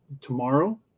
tomorrow